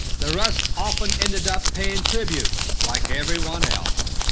the rus often ended up paying tribute like everyone else.